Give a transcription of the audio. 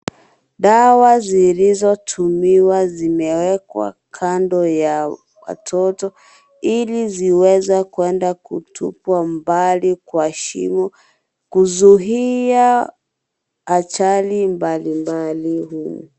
Dawa zilizotumiwa zimewekwa kando ya watoto ili ziweze kwenda kutupwa mbali kwa shimo kuzuia ajali mbalimbali humo.